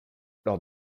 lors